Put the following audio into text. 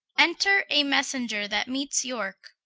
enter a messenger that meets yorke.